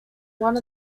one